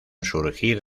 surgir